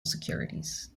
securities